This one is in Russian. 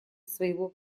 своего